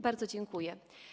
Bardzo dziękuję.